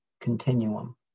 continuum